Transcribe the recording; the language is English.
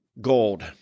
gold